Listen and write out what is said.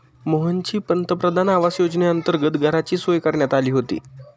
मोहनची पंतप्रधान आवास योजनेअंतर्गत घराची सोय करण्यात आली होती